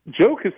Joe